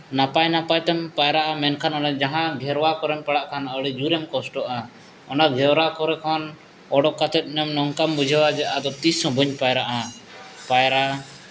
ᱱᱟᱯᱟᱭᱼᱱᱟᱯᱟᱭ ᱛᱮᱢ ᱯᱟᱭᱨᱟᱜᱼᱟ ᱢᱮᱱᱠᱷᱟᱱ ᱚᱱᱮ ᱡᱟᱦᱟᱸ ᱜᱷᱮᱨᱣᱟ ᱠᱚᱨᱮᱢ ᱯᱟᱲᱟᱜ ᱠᱷᱟᱱ ᱟᱹᱰᱤ ᱡᱳᱨᱮᱢ ᱠᱚᱥᱴᱚᱜᱼᱟ ᱚᱱᱟ ᱜᱷᱮᱣᱨᱟ ᱠᱚᱨᱮ ᱠᱷᱚᱱ ᱩᱰᱩᱠ ᱠᱟᱛᱮᱫ ᱢᱟᱱᱮ ᱱᱚᱝᱠᱟᱢ ᱵᱩᱡᱷᱟᱹᱣᱟ ᱡᱮ ᱟᱫᱚ ᱛᱤᱥᱦᱚᱸ ᱵᱟᱹᱧ ᱯᱟᱭᱨᱟᱜᱼᱟ ᱯᱟᱭᱨᱟ